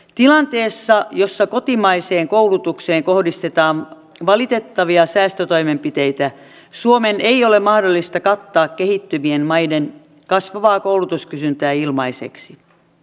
tilanteessa jossa kotimaiseen koulutukseen kohdistetaan valitettavia säästötoimenpiteitä suomen ei ole mahdollista kattaa kehittyvien maiden kasvavaa koulutuskysyntää ilmaiseksi